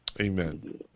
amen